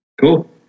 cool